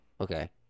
okay